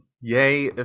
Yay